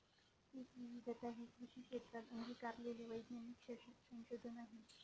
पीकविविधता हे कृषी क्षेत्रात अंगीकारलेले वैज्ञानिक संशोधन आहे